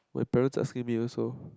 my parents asking me also